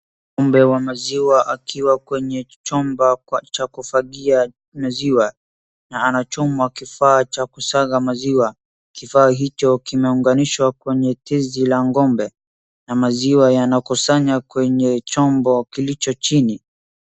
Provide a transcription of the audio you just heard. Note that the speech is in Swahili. Ng'ombe wa maziwa akiwa kwenye chumba cha kuhifadhia maziwa na anachuma kifaa cha kusaga maziwa. Kifaa hicho kimeunganishwa kwenye tezi la ng'ombe, na maziwa yanakusanya kwenye chombo kilicho chini.